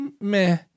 meh